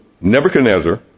Nebuchadnezzar